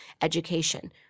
education